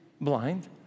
blind